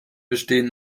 bestehen